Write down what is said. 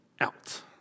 out